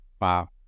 Wow